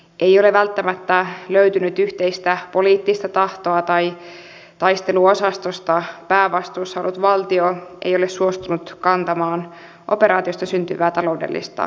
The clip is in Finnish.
ei ole välttämättä löytynyt yhteistä poliittista tahtoa tai taisteluosastosta päävastuussa ollut valtio ei ole suostunut kantamaan operaatiosta syntyvää taloudellista taakkaa